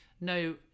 No